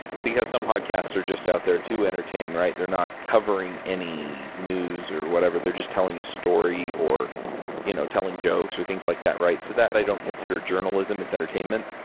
because some podcasts are just out there to entertain, right? they're not covering any news or whatever. they're just telling a story, or you know telling jokes, or things like that, right? so, that, i don't consider journalism. it's entertainment.